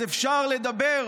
אז אפשר לדבר